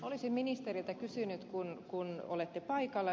olisin ministeriltä kysynyt kun olette paikalla